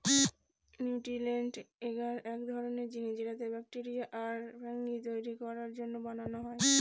nutrient এগার এক ধরনের জিনিস যেটা ব্যাকটেরিয়া আর ফাঙ্গি তৈরী করার জন্য বানানো হয়